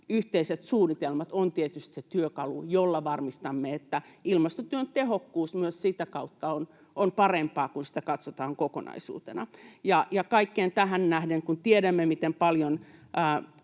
yhteiset suunnitelmat ovat tietysti se työkalu, jolla varmistamme, että ilmastotyön tehokkuus on myös sitä kautta parempaa, kun sitä katsotaan kokonaisuutena. Ja kaikkeen tähän nähden — kun tiedämme, miten paljon